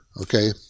Okay